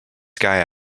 guy